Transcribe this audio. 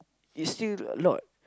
is still a lot